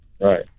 right